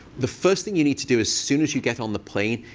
the first thing you need to do, as soon as you get on the plane,